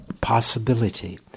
possibility